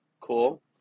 Cool